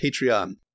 Patreon